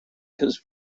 his